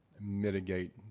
mitigate